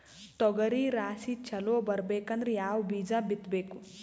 ತೊಗರಿ ರಾಶಿ ಚಲೋ ಬರಬೇಕಂದ್ರ ಯಾವ ಬೀಜ ಬಿತ್ತಬೇಕು?